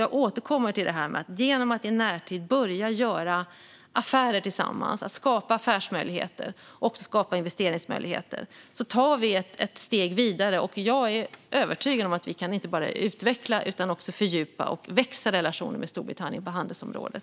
Jag återkommer till att vi genom att i närtid börja göra affärer tillsammans och skapa affärs och investeringsmöjligheter tar ett steg vidare. Jag är övertygad om att vi kan inte bara utveckla utan även fördjupa och utöka relationen med Storbritannien på handelsområdet.